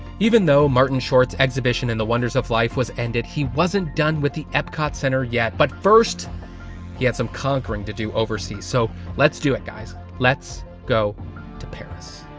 even though martin short's exhibition in the wonders of life was ended, he wasn't done with the epcot center yet, but first he had some conquering to do overseas. so let's do it, guys. let's go to paris.